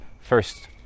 first